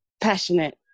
passionate